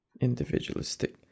Individualistic